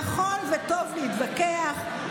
נכון וטוב להתווכח,